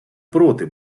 проти